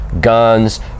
guns